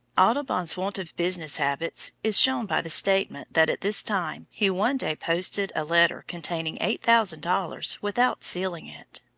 audubon's want of business habits is shown by the statement that at this time he one day posted a letter containing eight thousand dollars without sealing it.